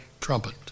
trumpet